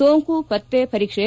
ಸೋಂಕು ಪತ್ತೆ ಪರೀಕ್ಷೆ